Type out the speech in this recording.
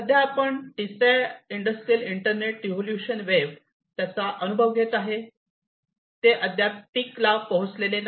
सध्या आपण तिसऱ्या इंडस्ट्रियल इंटरनेट रिव्होल्यूशन वेव्ह त्याचा अनुभव घेत आहे ते अद्याप पिकला पोहोचलेले नाही